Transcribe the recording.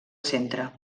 centre